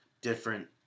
different